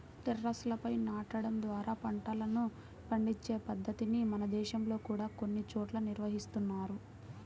టెర్రస్లపై నాటడం ద్వారా పంటలను పండించే పద్ధతిని మన దేశంలో కూడా కొన్ని చోట్ల నిర్వహిస్తున్నారు